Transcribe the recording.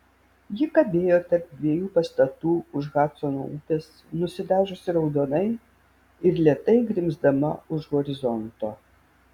ji kabėjo tarp dviejų pastatų už hadsono upės nusidažiusi raudonai ir lėtai grimzdama už horizonto